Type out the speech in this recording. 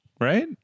right